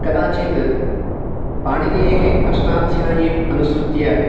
कदाचित् पाणिनेः अष्टाध्यायीम् अनुसृत्य